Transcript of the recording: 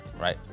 right